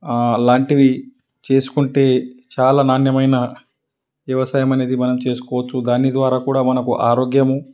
లాంటివి చేసుకుంటే చాలా నాణ్యమైన వ్యవసాయం అనేది మనం చేసుకోవచ్చు దాని ద్వారా కూడా మనకు ఆరోగ్యము